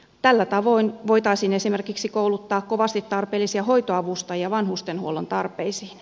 tällä tavoin voitaisiin esimerkiksi kouluttaa kovasti tarpeellisia hoitoavustajia vanhustenhuollon tarpeisiin